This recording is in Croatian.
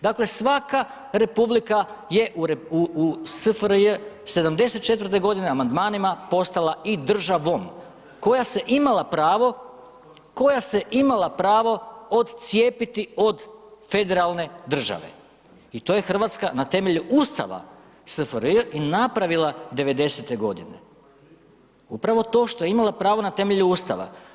Dakle, svaka republika je u SFRJ 74.-te godine amandmanima postala i državom koja se imala pravo, koja se imala pravo odcijepiti od federalne države i to je RH na temelju ustava SFRJ i napravila 90.-te godine, upravo to što je imala pravo na temelju ustava.